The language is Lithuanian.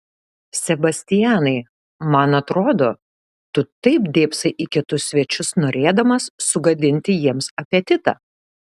sebastianai man atrodo tu taip dėbsai į kitus svečius norėdamas sugadinti jiems apetitą